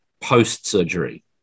post-surgery